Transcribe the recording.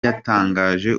yatangaje